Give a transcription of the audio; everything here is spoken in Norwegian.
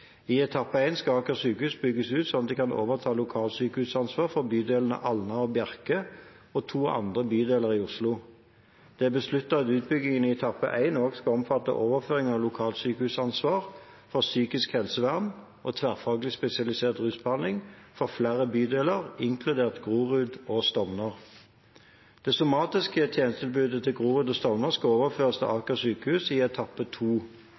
I etappe 1 skal Aker sykehus bygges ut slik at de kan overta lokalsykehusansvar for bydelene Alna og Bjerke og to andre bydeler i Oslo. Det er besluttet at utbyggingen i etappe 1 også skal omfatte overføring av lokalsykehusansvar for psykisk helsevern og tverrfaglig spesialisert rusbehandling for flere bydeler – inkludert Grorud og Stovner. Det somatiske tjenestetilbudet til Grorud og Stovner skal overføres til Aker sykehus i etappe